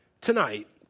tonight